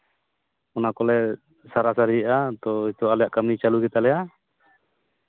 ᱚᱱᱟᱠᱚᱞᱮ ᱥᱟᱨᱟ ᱥᱟ ᱨᱤᱭᱮᱫᱼᱟ ᱛᱚ ᱟᱞᱮᱭᱟᱜ ᱠᱟᱹᱢᱤ ᱪᱟᱹᱞᱩ ᱜᱮᱛᱟᱞᱮᱭᱟ